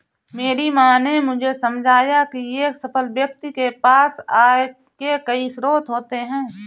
मेरी माँ ने मुझे समझाया की एक सफल व्यक्ति के पास आय के कई स्रोत होते हैं